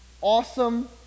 awesome